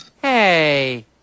Hey